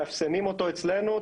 מאפסנים אותו אצלנו,